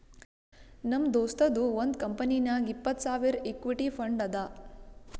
ನಮ್ ದೋಸ್ತದು ಒಂದ್ ಕಂಪನಿನಾಗ್ ಇಪ್ಪತ್ತ್ ಸಾವಿರ್ ಇಕ್ವಿಟಿ ಫಂಡ್ ಅದಾ